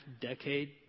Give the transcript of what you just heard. decade